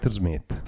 smith